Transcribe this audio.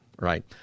right